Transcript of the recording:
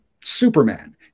Superman